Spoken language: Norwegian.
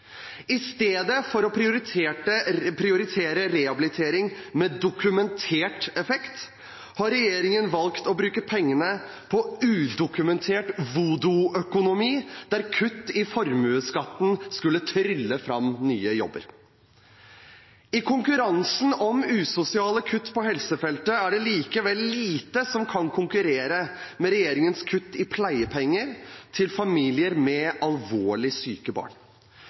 I stedet for å prioritere rehabilitering med dokumentert effekt har regjeringen valgt å bruke pengene på udokumentert voodoo-økonomi der kutt i formuesskatten skal trylle fram nye jobber. I konkurransen om usosiale kutt på helsefeltet er det likevel lite som kan konkurrere med regjeringens kutt i pleiepenger til familier med alvorlig syke barn.